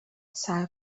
سعی